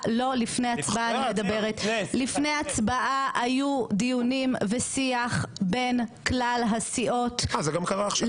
ואני אפילו לא מדבר על השיחות הלא רשמיות שהתנהלו אחר כך,